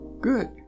good